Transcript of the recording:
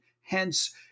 hence